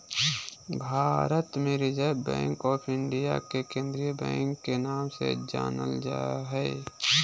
भारत मे reserve bank of India के केंद्रीय बैंक के नाम से जानल जा हय